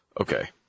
Okay